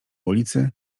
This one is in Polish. ulicy